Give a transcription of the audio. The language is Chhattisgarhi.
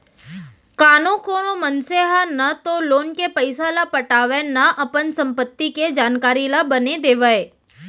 कानो कोनो मनसे ह न तो लोन के पइसा ल पटावय न अपन संपत्ति के जानकारी ल बने देवय